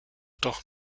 doch